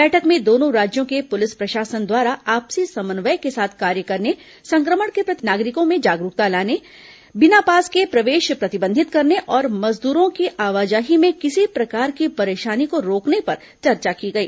बैठक में दोनों राज्यों के पुलिस प्रशासन द्वारा आपसी समन्वय के साथ कार्य करने संक्रमण के प्रति नागरिकों में जागरूकता जगाने बिना पास के प्रवेश प्रतिबंधित करने और मजदूरों के आवाजाही में किसी प्रकार की परेशानी को रोकने पर चर्चा की गई